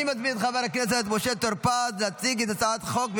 אני מזמין את חבר הכנסת משה טור פז להציג את הצעת החוק.